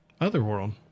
Otherworld